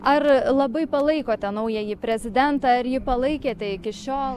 ar labai palaikote naująjį prezidentą ar jį palaikėte iki šiol